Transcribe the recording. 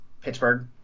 Pittsburgh